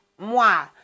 moi